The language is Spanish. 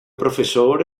profesor